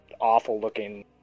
awful-looking